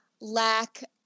lack